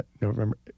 november